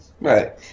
Right